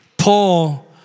Paul